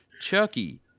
Chucky